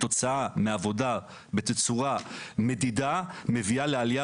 כתוצאה מעבודה בתצורת מדידה מביאה לעלייה